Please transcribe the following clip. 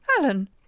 Alan